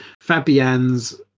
Fabian's